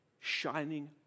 shining